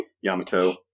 Yamato